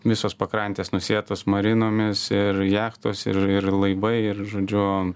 visos pakrantės nusėtos marinomis ir jachtos ir ir laivai ir žodžiu